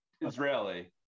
Israeli